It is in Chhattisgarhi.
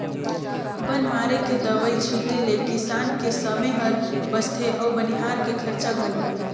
बन मारे के दवई छीटें ले किसान के समे हर बचथे अउ बनिहार के खरचा घलो